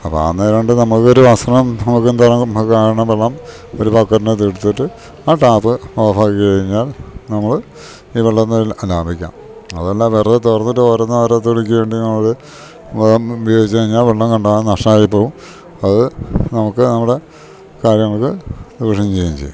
അപ്പ ആനേരോണ്ട് നമക്കൊര് വസ്ത്രം നമുക്കെന്താണ് നമ്മക്ക് കാണ വെള്ളം ഒരു ബക്കറ്റിനകത്തേക്ക് എടുത്തിട്ട് ആ ടാപ്പ് ഓഫാക്കി കഴിഞ്ഞാൽ നമ്മള് ഈ വെള്ളംന്ന് ലാഭിക്കാം അതല്ലാ വെറ്തെ തൊറന്നിട്ട് ഓരൊന്ന് ഓരോ തുണിക്ക് വേണ്ടി നമ്മള് ഉപയോഗിച്ച് കഴിഞ്ഞാൽ വെള്ളം കണ്ടാമാനം നഷ്ടായി പോവും അത് നമുക്ക് നമ്മുടെ കാര്യങ്ങൾക്ക് ദൂഷ്യം ചെയ്യേം ചെയ്യും